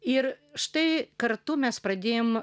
ir štai kartu mes pradėjome